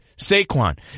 Saquon